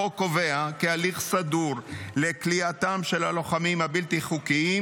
החוק קובע הליך סדור לכליאתם של הלוחמים הבלתי חוקיים,